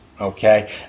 Okay